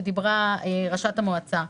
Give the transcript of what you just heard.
עליו דיברה ראשת המועצה,